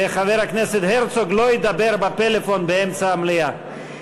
וחבר הכנסת הרצוג לא ידבר בפלאפון באמצע המליאה.